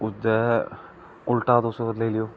उसदा उल्टा तुस लेई लैओ